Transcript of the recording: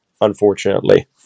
unfortunately